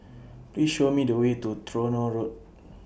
Please Show Me The Way to Tronoh Road